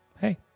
hey